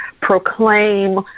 proclaim